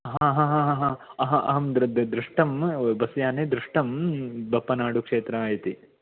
हा हा हा हा अह अहं दृ दृष्टं बस् याने दृष्टं बप्पनाडु क्षेत्र इति